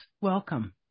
welcome